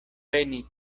veni